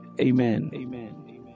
Amen